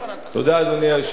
אדוני היושב-ראש,